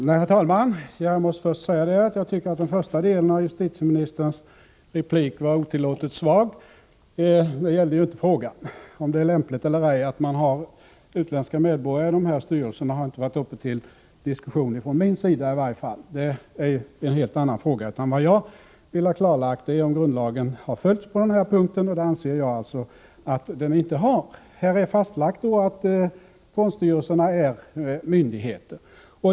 Herr talman! Jag måste först säga att jag tycker att den första delen av justitieministerns replik var otillåtligt svag. Min fråga gällde ju inte om det är lämpligt eller ej att man har utländska medborgare i dessa styrelser. Det har i vart fall aldrig varit uppe till diskussion från min sida. Det är en helt annan fråga. Vad jag vill ha klarlagt är om grundlagen har följts på den här punkten, och det anser jag alltså att den inte har. Här är fastlagt att fondstyrelserna är myndigheter.